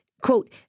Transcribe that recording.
quote